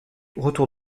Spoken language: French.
retour